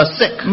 sick